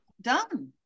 Done